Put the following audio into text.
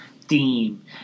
theme